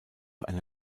eine